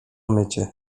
mycie